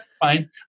fine